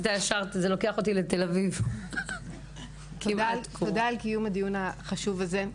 תודה על קיום הדיון החשוב הזה,